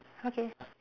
okay